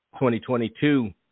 2022